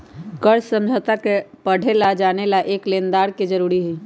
कर्ज समझौता के पढ़े ला और जाने ला एक लेनदार के जरूरी हई